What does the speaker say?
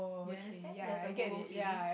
you understand there's a hollow feeling